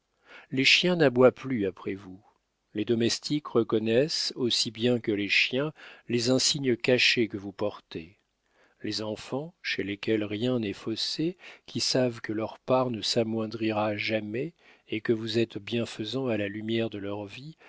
les chiens n'aboient plus après vous les domestiques reconnaissent aussi bien que les chiens les insignes cachés que vous portez les enfants chez lesquels rien n'est faussé qui savent que leur part ne s'amoindrira jamais et que vous êtes bienfaisant à la lumière de leur vie